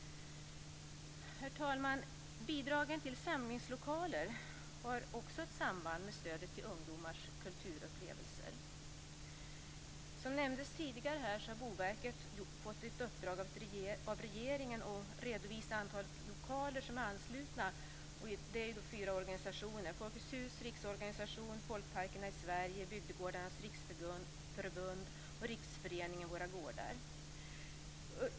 Herr talman! Bidragen till samlingslokaler har också ett samband med stödet till ungdomars kulturupplevelser. Som nämndes tidigare har Boverket fått i uppdrag av regeringen att redovisa antalet lokaler som är anslutna till fyra organisationer: Folkets Hus Riksorganisation, Folkparkerna i Sverige, Bygdegårdarnas Riksförbund och Riksföreningen Våra Gårdar.